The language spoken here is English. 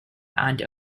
and